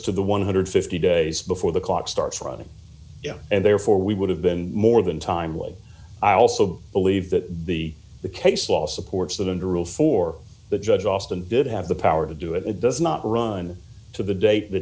to the one hundred and fifty dollars days before the clock starts running and therefore we would have been more than timely i also believe that the the case law supports that under rule for the judge austin did have the power to do it it does not run to the date that